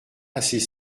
assez